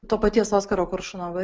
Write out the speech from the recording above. to paties oskaro koršunovo